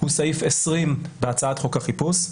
סעיף 20 בהצעת חוק החיפוש,